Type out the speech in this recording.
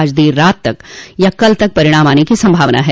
आज देर रात या कल तक परिणाम आने की संभावना है